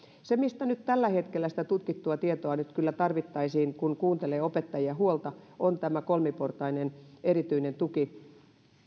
se mistä nyt tällä hetkellä sitä tutkittua tietoa kyllä tarvittaisiin kun kuuntelee opettajien huolta on tämä kolmiportainen erityinen tuki